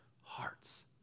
hearts